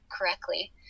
correctly